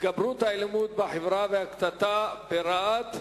התגברות האלימות בחברה והקטטה ברהט,